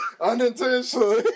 Unintentionally